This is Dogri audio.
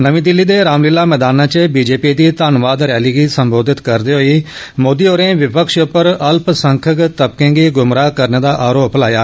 नमीं दिल्ली दे रामलीला मैदान च बीजेपी दी धन्नवाद रैली गी संबोधित करदे होई मोदी होरें विपक्ष उप्पर अल्पसंख्यक तबकें गी गुमराह करने दा आरोप लाया